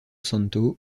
santo